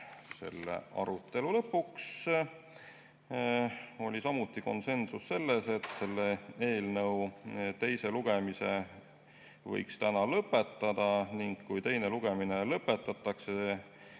Selle arutelu lõpuks oli samuti konsensus selles, et selle eelnõu teise lugemise võiks täna lõpetada ning kui teine lugemine lõpetatakse,